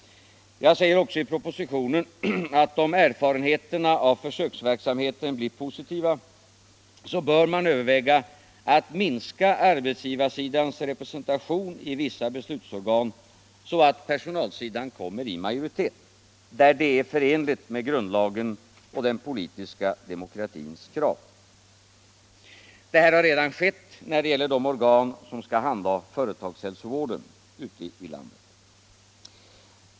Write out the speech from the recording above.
Jag säger också i propositonen att om erfarenheterna av försöksverksamheten blir positiva, bör man överväga att minska arbetsgivarsidans representation i vissa beslutsorgan, så att personalsidan kommer i majoritet, där det är förenligt med grundlagen och den politiska demokratins Det här har redan skett när det gäller de organ som skall handha företagshälsovården ute i landet.